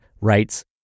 writes